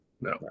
No